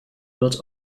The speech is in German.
wird